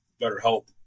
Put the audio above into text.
BetterHelp